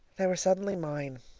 they were suddenly mine,